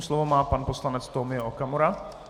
Slovo má pan poslanec Tomio Okamura.